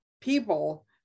people